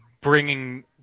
bringing